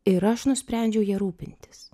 ir aš nusprendžiau ja rūpintis